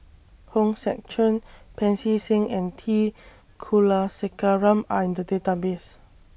Hong Sek Chern Pancy Seng and T Kulasekaram Are in The Database